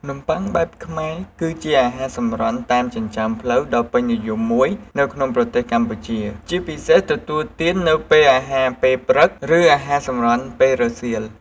នំប័ុងបែបខ្មែរ គឺជាអាហារសម្រន់តាមចិញ្ចើមផ្លូវដ៏ពេញនិយមមួយនៅក្នុងប្រទេសកម្ពុជា ជាពិសេសទទួលទាននៅពេលអាហារពេលព្រឹក ឬអាហារសម្រន់ពេលរសៀល។